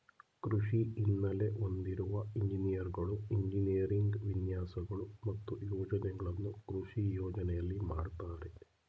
ಕೃಷಿ ಹಿನ್ನೆಲೆ ಹೊಂದಿರುವ ಎಂಜಿನಿಯರ್ಗಳು ಎಂಜಿನಿಯರಿಂಗ್ ವಿನ್ಯಾಸಗಳು ಮತ್ತು ಯೋಜನೆಗಳನ್ನು ಕೃಷಿ ಯೋಜನೆಯಲ್ಲಿ ಮಾಡ್ತರೆ